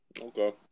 Okay